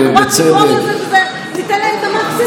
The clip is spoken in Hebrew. אנחנו רק נגרום לזה שניתן להם את המקסימום.